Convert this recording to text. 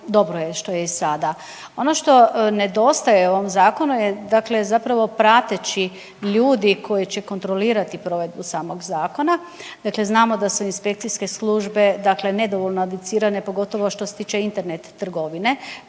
dobro je što je i sada. Ono što nedostaje ovom zakonu je dakle zapravo praćeti ljudi koji se kontrolirati provedbu samog zakona. Dakle, znamo da se inspekcijske službe dakle nedovoljno educirane, pogotovo što se tiče Internet trgovine.